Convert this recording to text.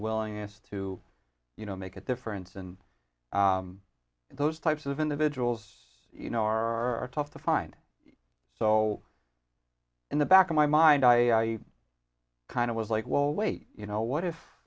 willingness to you know make a difference and those types of individuals you know are tough to find so in the back of my mind i kind of was like well wait you know what if